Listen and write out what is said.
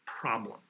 problem